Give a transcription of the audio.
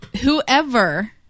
whoever